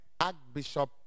Archbishop